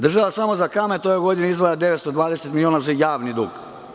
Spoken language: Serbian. Država samo za kamate u ovoj godini je izdvaja 920 miliona, samo za javni dug.